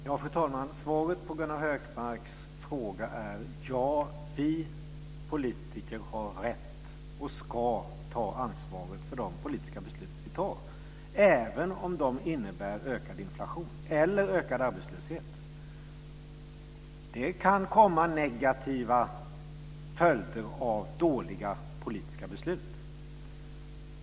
Fru talman! Svaret på Gunnar Hökmarks fråga är: Ja, vi politiker har rätt och ska ta ansvaret för de politiska beslut vi fattar, även om de innebär ökad inflation eller ökad arbetslöshet. Det kan komma negativa följder av dåliga politiska beslut.